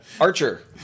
Archer